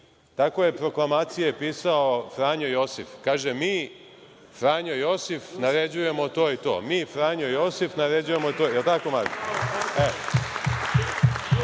Takve je proklamacije pisao Franjo Josif. Kaže – „mi Franjo Josif naređujemo to i to. Mi Franjo Josif naređujemo to i to“. Je li tako Marko? Sedi